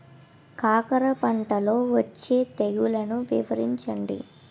కాకర పంటలో వచ్చే తెగుళ్లను వివరించండి?